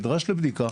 נדרש לבדיקה.